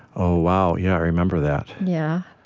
oh, wow. yeah, i remember that yeah?